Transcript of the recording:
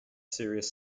serious